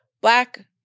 Black